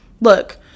look